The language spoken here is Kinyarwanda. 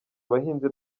abahinzi